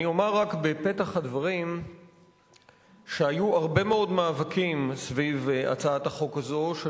אני אומר רק בפתח הדברים שהיו הרבה מאוד מאבקים סביב הצעת החוק הזאת,